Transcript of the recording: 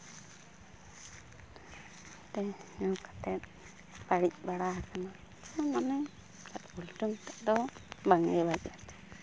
ᱱᱚᱛᱮ ᱚᱱᱠᱟᱛᱮ ᱵᱟᱹᱲᱤᱡ ᱵᱟᱲᱟ ᱟᱠᱟᱱᱟ ᱢᱟᱱᱮ ᱱᱟᱴ ᱵᱚᱞᱴᱩ ᱱᱤᱛᱳᱜ ᱫᱚ ᱵᱟᱝᱜᱮ ᱵᱷᱟᱹᱜᱤᱭᱟ